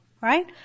right